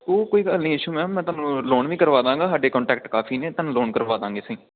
ਉਹ ਕੋਈ ਗੱਲ ਨਹੀਂ ਈਸ਼ੂ ਮੈਮ ਮੈਂ ਤੁਹਾਨੂੰ ਲੋਨ ਵੀ ਕਰਵਾ ਦਾਂਗਾ ਸਾਡੇ ਕੋਂਟੈਕਟ ਕਾਫੀ ਨੇ ਤੁਹਾਨੂੰ ਲੋਨ ਕਰਵਾ ਦਾਂਗੇ ਅਸੀਂ